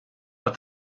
but